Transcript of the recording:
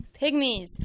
Pygmies